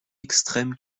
extrême